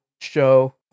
show